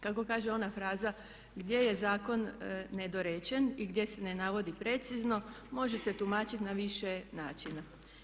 Kako kaže ona fraza gdje je zakon nedorečen i gdje se ne navodi precizno može se tumačiti na više načina.